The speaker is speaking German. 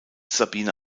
sabine